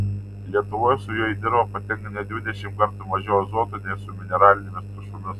lietuvoje su juo į dirvą patenka net dvidešimt kartų mažiau azoto nei su mineralinėmis trąšomis